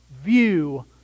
view